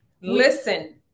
listen